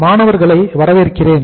மாணவர்களை வரவேற்கிறேன்